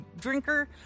drinker